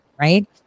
Right